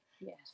Yes